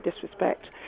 disrespect